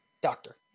doctor